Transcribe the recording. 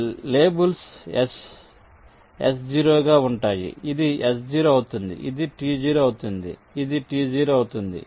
ట్టి labels S0 గా ఉంటాయి ఇది S0 అవుతుంది ఇది T0 అవుతుంది ఇది T0 అవుతుంది